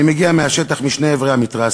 אני מגיע מהשטח, משני עברי המתרס.